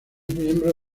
miembro